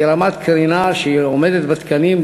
היא רמת קרינה שעומדת בתקנים,